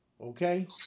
Okay